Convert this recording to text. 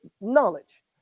knowledge